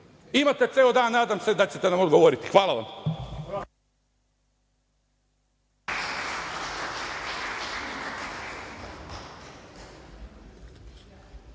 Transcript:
ceo dan. Nadam se da ćete nam odgovoriti. Hvala vam.